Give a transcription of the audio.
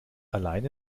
alleine